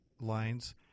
lines